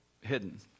Hidden